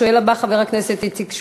השואל הבא הוא חבר הכנסת איציק שמולי,